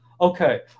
Okay